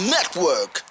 Network